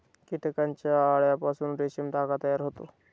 कीटकांच्या अळ्यांपासून रेशीम धागा तयार होतो